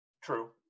True